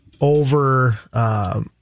over